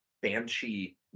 banshee